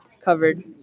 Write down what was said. covered